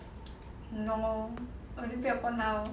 normal lor 我就不要管他 lor